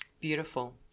Beautiful